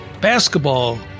basketball